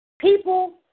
People